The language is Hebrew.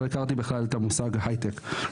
לא הכרתי בכלל את המושג הייטק,